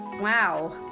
Wow